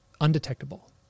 undetectable